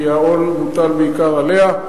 כי העול מוטל בעיקר עליה.